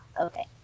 Okay